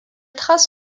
trace